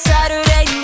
Saturday